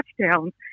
touchdowns